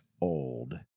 old